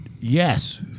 yes